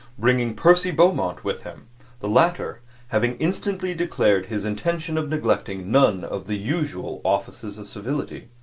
bringing percy beaumont with him the latter having instantly declared his intention of neglecting none of the usual offices of civility.